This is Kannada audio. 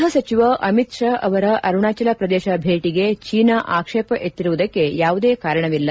ಗ್ವಹ ಸಚಿವ ಅಮಿತ್ ಶಾ ಅವರ ಅರುಣಾಚಲ ಪ್ರದೇಶ ಭೇಟಿಗೆ ಚೀನಾ ಆಕ್ಷೇಪ ಎತ್ತಿರುವುದಕ್ಕೆ ಯಾವುದೇ ಕಾರಣವಿಲ್ಲ